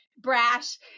brash